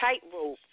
Tightrope